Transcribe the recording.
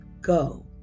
go